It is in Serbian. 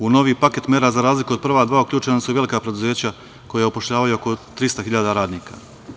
U novi paket mera, za razliku od prva dva, uključena su i velika preduzeća koja upošljavaju oko 300 hiljada radnika.